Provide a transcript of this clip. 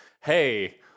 hey